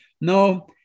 No